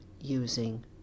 using